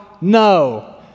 No